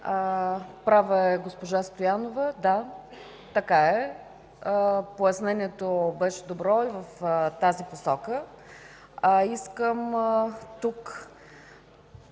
Права е госпожа Стоянова. Да, така е – пояснението беше добро и в тази посока. Искам тук